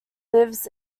lives